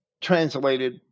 translated